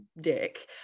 dick